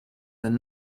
than